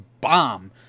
bomb